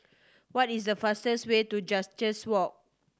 what is the fastest way to Walk